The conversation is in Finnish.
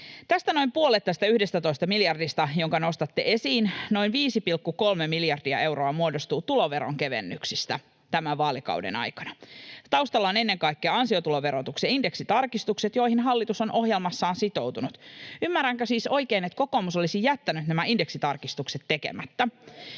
läpi: Noin puolet tästä 11 miljardista, jonka nostatte esiin, noin 5,3 miljardia euroa, muodostuu tuloveronkevennyksistä tämän vaalikauden aikana. Taustalla ovat ennen kaikkea ansiotuloverotuksen indeksitarkistukset, joihin hallitus on ohjelmassaan sitoutunut. Ymmärränkö siis oikein, että kokoomus olisi jättänyt nämä indeksitarkistukset tekemättä?